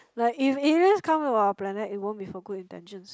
like if aliens come to our planet it won't be for good intentions